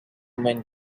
men